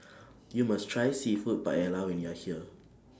YOU must Try Seafood Paella when YOU Are here